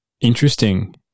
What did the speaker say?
interesting